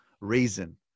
reason